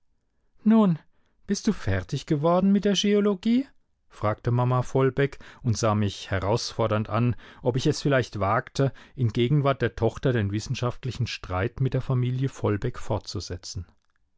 nun bist du fertig geworden mit der scheologie fragte mama vollbeck und sah mich herausfordernd an ob ich es vielleicht wagte in gegenwart der tochter den wissenschaftlichen streit mit der familie vollbeck fortzusetzen